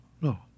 No